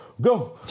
go